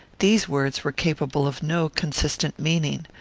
these words were capable of no consistent meaning.